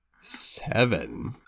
Seven